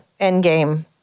endgame